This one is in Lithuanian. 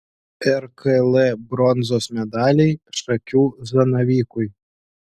rkl bronzos medaliai šakių zanavykui